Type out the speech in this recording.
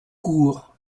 court